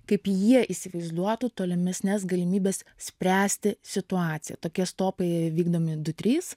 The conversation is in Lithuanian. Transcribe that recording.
kaip jie įsivaizduotų tolimesnes galimybes spręsti situaciją tokie stopai vykdomi du trys